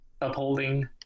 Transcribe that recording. upholding